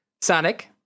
Sonic